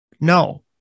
No